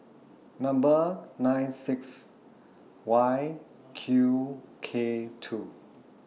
Number nine six Y Q K two